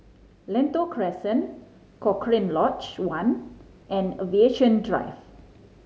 Lentor Crescent Cochrane Lodge One and Aviation Drive